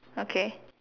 okay